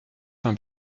pain